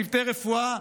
צוותי רפואה,